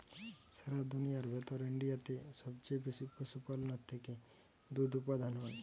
সারা দুনিয়ার ভেতর ইন্ডিয়াতে সবচে বেশি পশুপালনের থেকে দুধ উপাদান হয়